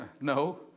No